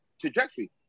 trajectory